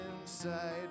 inside